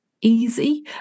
easy